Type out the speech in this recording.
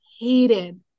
Hated